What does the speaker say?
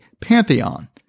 pantheon